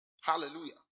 Hallelujah